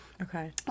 okay